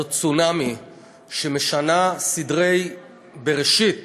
זה צונאמי שמשנה סדרי בראשית